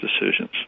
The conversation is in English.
decisions